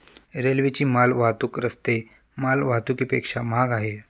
रेल्वेची माल वाहतूक रस्ते माल वाहतुकीपेक्षा महाग आहे